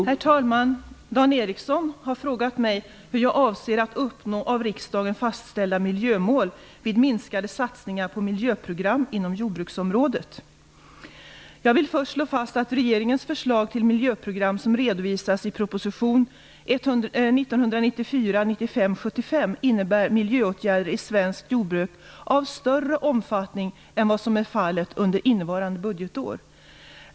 Herr talman! Dan Ericsson har frågat mig hur jag avser att uppnå av riksdagen fastlagda miljömål vid minskade satsningar på miljöprogram inom jordbruksområdet. Jag vill först slå fast att regeringens förslag till miljöprogram, som redovisas i proposition 1994/95:75, innebär miljöåtgärder i svenskt jordbruk av större omfattning än vad som är fallet under innevarande budgetår.